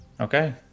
Okay